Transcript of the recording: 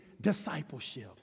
discipleship